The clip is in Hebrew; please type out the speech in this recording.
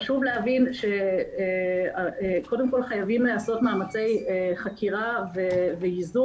חשוב להבין שקודם כל חייבים לעשות מאמצי חקירה וייזום.